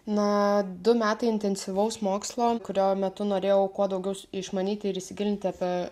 na du metai intensyvaus mokslo kurio metu norėjau kuo daugiau išmanyti ir įsigilinti apie